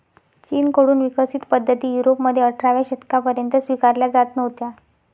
चीन कडून विकसित पद्धती युरोपमध्ये अठराव्या शतकापर्यंत स्वीकारल्या जात नव्हत्या